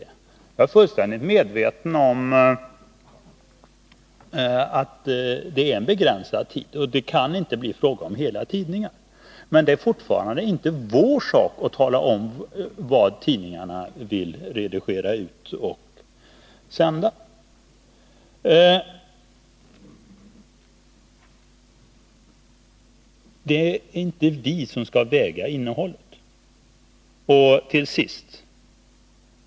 Ja, jag är fullkomligt medveten om att det är en begränsad tid som kan stå till förfogande, och det kan inte bli fråga om hela tidningar. Men det är fortfarande inte vår sak att tala om hur tidningarna vill redigera och vad de vill sända. Det är inte vi som skall väga innehållet.